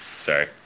sorry